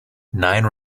nine